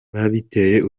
babiteye